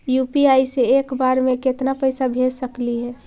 UPI से एक बार मे केतना पैसा भेज सकली हे?